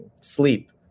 sleep